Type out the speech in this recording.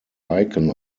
icon